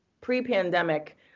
pre-pandemic